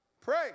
Pray